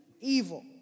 evil